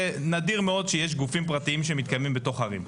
ונדיר מאוד שיש גופים פרטיים שמתקיימים בתוך ערים.